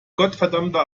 gottverdammter